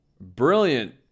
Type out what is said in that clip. brilliant